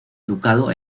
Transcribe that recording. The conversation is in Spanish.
educado